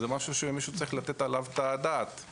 זה משהו שמישהו צריך לתת עליו את הדעת.